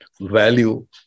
value